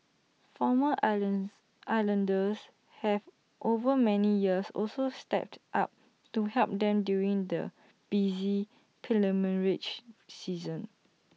former islands islanders have over many years also stepped up to help them during the busy season